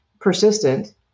persistent